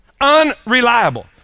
unreliable